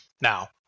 now